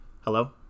Hello